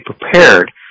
prepared